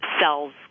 cells